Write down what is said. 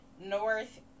North